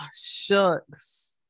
Shucks